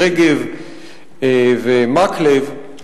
רגב ומקלב,